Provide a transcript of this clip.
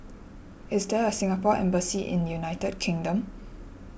is there a Singapore Embassy in United Kingdom